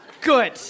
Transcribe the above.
Good